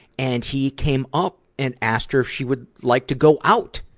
and he came up and asked her if she would like to go out.